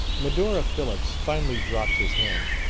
medora phillips finally dropped his hand.